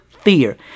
fear